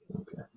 Okay